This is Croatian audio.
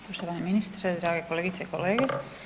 Poštovani ministre, drage kolegice i kolege.